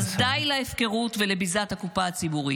אז די להפקרות ולביזת הקופה הציבורית.